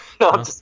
No